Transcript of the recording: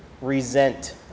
resent